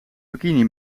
bikini